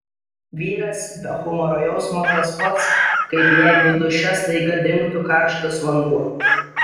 vyras be humoro jausmo tas pats kaip jeigu duše staiga dingtų karštas vanduo